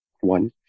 One